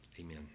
Amen